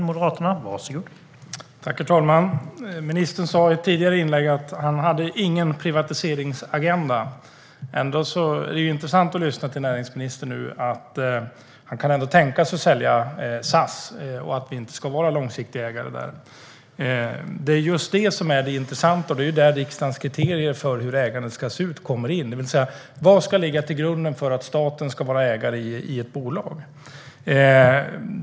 Herr talman! Ministern sa i ett tidigare inlägg att han inte har någon privatiseringsagenda. Det är intressant att höra att näringsministern ändå kan tänka sig att sälja SAS och att vi inte ska vara långsiktiga ägare där. Det är just det som är det intressanta. Det är också där riksdagens kriterier för hur ägandet ska se ut kommer in, det vill säga vad som ska ligga till grund för att staten ska vara ägare i ett bolag.